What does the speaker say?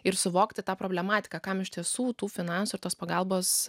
ir suvokti tą problematiką kam iš tiesų tų finansų tos pagalbos